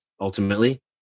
Ultimately